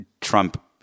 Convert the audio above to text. Trump